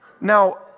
Now